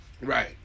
Right